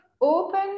Open